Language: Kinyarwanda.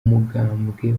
mugambwe